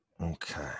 Okay